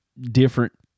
different